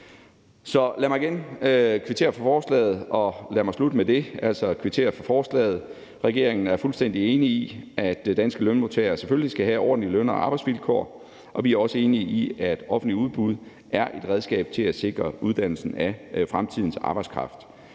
Så lad mig igen kvittere for forslaget, og lad mig slutte med det, altså kvittere for forslaget. Regeringen er fuldstændig enig i, at danske lønmodtagere selvfølgelig skal have ordentlige løn- og arbejdsvilkår, og vi er også enige i, at offentlige udbud er et redskab til at sikre uddannelsen af fremtidens arbejdskraft,